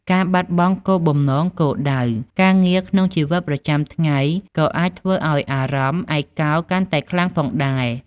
ការបាត់បង់គោលបំណង គោលដៅ ការងារក្នុងជីវិតប្រចាំថ្ងៃក៏អាចធ្វើឱ្យអារម្មណ៍ឯកោកាន់តែខ្លាំងផងដែរ។